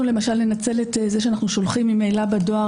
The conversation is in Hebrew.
אנחנו ננצל את זה שאנחנו שולחים ממילא בדואר